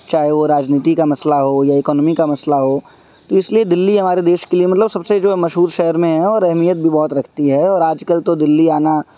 چاہے وہ راجنیتی کا مسئلہ ہو یا اکانمی کا مسئلہ ہو تو اس لیے دلی ہمارے دیش کے لیے مطلب سب سے جو ہے مشہور شہر میں ہے اور اہمیت بھی بہت رکھتی ہے اور آج کل تو دلی آنا